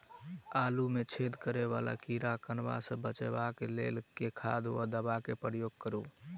आलु मे छेद करा वला कीड़ा कन्वा सँ बचाब केँ लेल केँ खाद वा दवा केँ प्रयोग करू?